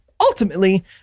Ultimately